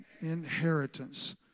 inheritance